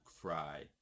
cry